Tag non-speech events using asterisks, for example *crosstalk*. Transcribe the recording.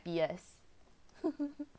happiest *laughs*